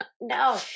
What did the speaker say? No